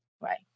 right